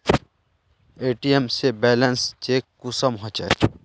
ATM से balance check कुंसम होचे?